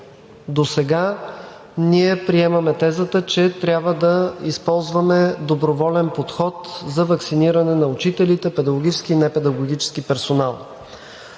досега ние приемаме тезата, че трябва да използваме доброволен подход за ваксиниране на учителите, педагогически и непедагогически персонал.